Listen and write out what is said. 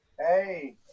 Hey